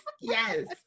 Yes